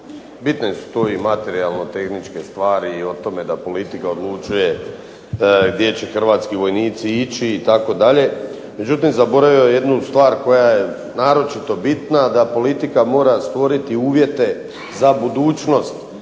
Bitne su tu i materijalno tehničke stvari i o tome da politika odlučuje gdje će hrvatski vojnici ići itd. međutim, zaboravio je jednu stvar koja je naročito bitna, da politika mora stvoriti uvjete za budućnost